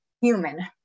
human